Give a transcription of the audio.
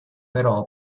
però